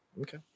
Okay